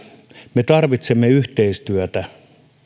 me tarvitsemme yhteistyötä